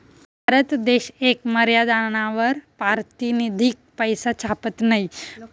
भारत देश येक मर्यादानावर पारतिनिधिक पैसा छापत नयी